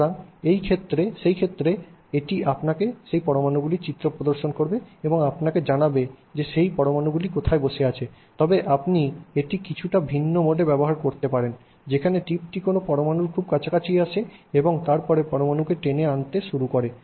সুতরাং সেই ক্ষেত্রে এটি আপনাকে সেই পরমাণুগুলির চিত্র প্রদর্শন করবে এবং আপনাকে জানাবে যে সেই পরমাণুগুলি কোথায় বসে আছে তবে আপনি এটি কিছুটা ভিন্ন মোডে ব্যবহার করতে পারেন যেখানে টিপটি কোনও পরমাণুর খুব কাছাকাছি আসে এবং তারপরে পরমাণুকে টেনে আনতে শুরু করে